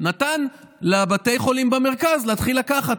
נתן לבתי החולים במרכז להתחיל לקחת.